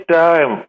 time